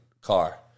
car